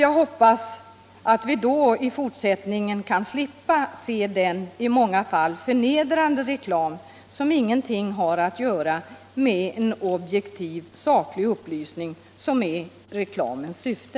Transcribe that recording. Jag hoppas därför att vi i fortsättningen skall slippa se den i många fall förnedrande reklam som ingenting har att göra med den objektiva sakliga upplysning som är reklamens syfte.